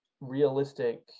realistic